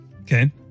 Okay